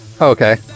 okay